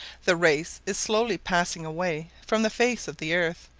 the race is slowly passing away from the face of the earth,